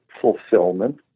fulfillment